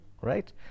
right